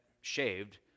shaved